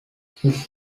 his